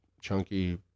chunky